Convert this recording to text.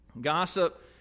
Gossip